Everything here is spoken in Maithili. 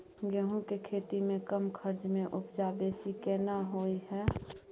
गेहूं के खेती में कम खर्च में उपजा बेसी केना होय है?